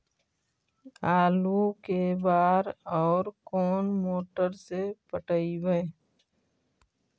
आलू के बार और कोन मोटर से पटइबै?